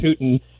Putin